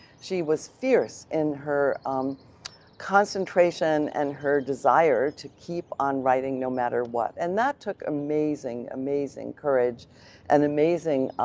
she was fierce in her um concentration and her desire to keep on writing no matter what, and that took amazing, amazing courage and amazing